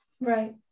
Right